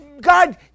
God